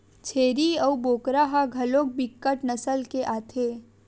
छेरीय अऊ बोकरा ह घलोक बिकट नसल के आथे